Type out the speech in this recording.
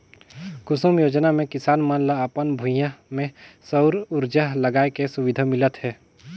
कुसुम योजना मे किसान मन ल अपन भूइयां में सउर उरजा लगाए के सुबिधा मिलत हे